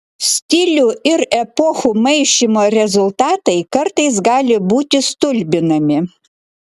stilių ir epochų maišymo rezultatai kartais gali būti stulbinami